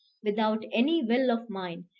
without any will of mine,